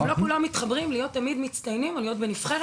ולא כולם מתחברים להיות תמיד מצטיינים או להיות בנבחרת.